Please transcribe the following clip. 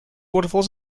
waterfalls